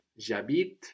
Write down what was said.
J'habite